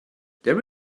there